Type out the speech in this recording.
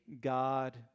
God